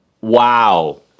Wow